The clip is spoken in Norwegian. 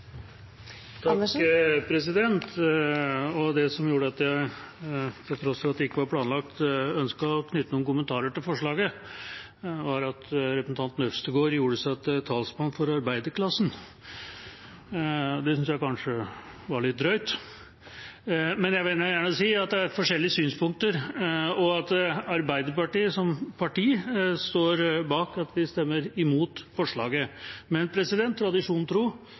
Det som gjorde at jeg – til tross for at det ikke var planlagt – ønsket å knytte noen kommentarer til forslaget, var at representanten Øvstegård gjorde seg til talsmann for arbeiderklassen. Det synes jeg kanskje var litt drøyt. Men jeg vil gjerne si at det er forskjellige synspunkter, og at Arbeiderpartiet som parti står bak at vi stemmer mot forslaget.